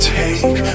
take